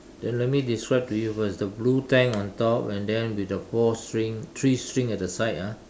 then let me describe to you first the blue tank on top and then with the four string three string at the side ah